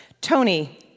Tony